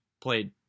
played